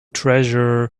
treasure